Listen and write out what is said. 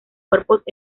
cuerpos